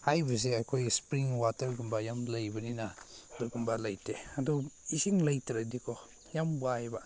ꯍꯥꯏꯕꯁꯦ ꯑꯩꯈꯣꯏ ꯏꯁꯄ꯭ꯔꯤꯡ ꯋꯥꯇꯔꯒꯨꯝꯕ ꯌꯥꯝ ꯂꯩꯕꯅꯤꯅ ꯑꯗꯨꯒꯨꯝꯕ ꯂꯩꯇꯦ ꯑꯗꯨ ꯏꯁꯤꯡ ꯂꯩꯇ꯭ꯔꯗꯤꯀꯣ ꯌꯥꯝ ꯋꯥꯏꯋꯦꯕ